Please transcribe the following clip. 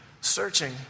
searching